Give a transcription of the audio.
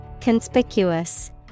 Conspicuous